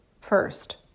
first